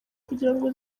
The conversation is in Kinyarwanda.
kugirango